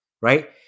right